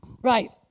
Right